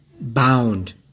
bound